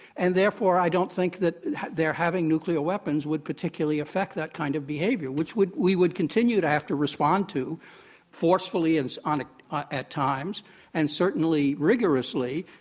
and therefore, i don't think that their having nuclear weapons would particularly affect that kind of behavior, which would we would continue to have to respond to forcefully and so ah at times and certainly rigorously.